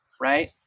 Right